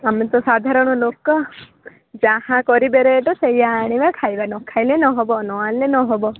ଆମେ ତ ସାଧାରଣ ଲୋକ ଯାହା କରିବେ ରେଟ୍ ସେୟା ଆଣିବା ଖାଇବା ନ ଖାଇଲେ ନ ହବ ନ ଆଣିଲେ ନ ହବ